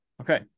Okay